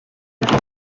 dago